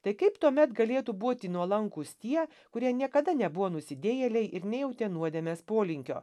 tai kaip tuomet galėtų būti nuolankūs tie kurie niekada nebuvo nusidėjėliai ir nejautė nuodėmės polinkio